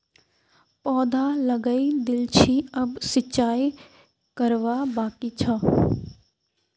पौधा लगइ दिल छि अब सिंचाई करवा बाकी छ